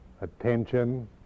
attention